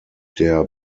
der